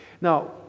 Now